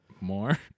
more